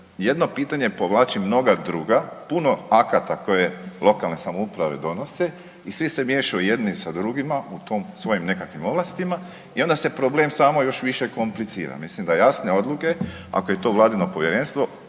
jedno pitanje povlači mnoga druga, puno akata koje lokalne samouprave donose i svi se miješaju jednu sa drugima u tom svojim nekakvim ovlastima i onda se problem samo još više komplicira. Mislim da jasnije odluke, ako je to Vladino Povjerenstvo,